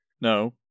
no